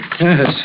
Yes